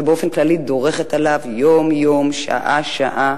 ובאופן כללי דורכת עליו יום-יום שעה-שעה,